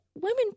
women